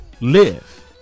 live